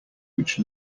which